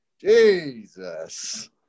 Jesus